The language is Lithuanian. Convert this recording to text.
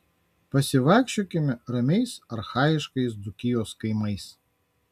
pasivaikščiokime ramiais archaiškais dzūkijos kaimais